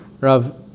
Rav